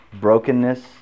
brokenness